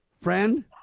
Friend